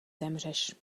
zemřeš